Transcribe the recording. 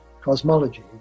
cosmology